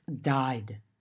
died